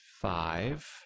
five